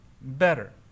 better